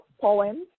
poems